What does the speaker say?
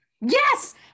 Yes